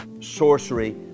sorcery